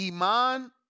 Iman